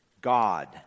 God